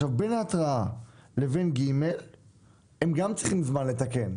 אחרי ההתראה הם צריכים זמן לתקן.